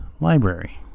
library